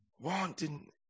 Wanting